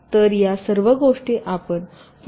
तर या सर्व गोष्टी आपण पुढच्या लेक्चर्स मध्ये नंतर पाहू